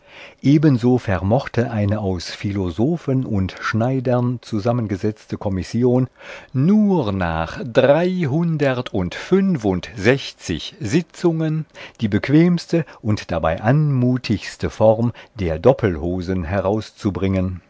ebenso vermochte eine aus philosophen und schneidern zusammengesetzte kommission nur nach dreihundertundfünfundsechzig sitzungen die bequemste und dabei anmutigste form der doppelhosen herauszubringen